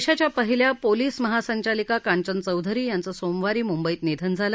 देशाच्या पहिल्या पोलीस महासंचालिका कांचन चौधरी यांचं सोमवारी मुंबईत निधन झालं